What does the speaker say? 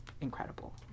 incredible